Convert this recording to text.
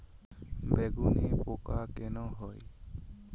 বেগুনে পোকা কেন হয়?